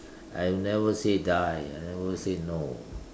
I will never say die I never say no